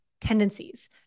tendencies